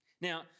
Now